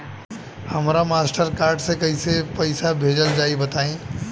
हमरा Mastercard से कइसे पईसा भेजल जाई बताई?